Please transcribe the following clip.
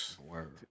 Word